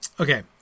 Okay